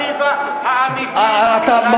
מציבה את האלטרנטיבה האמיתית לדרך שלך.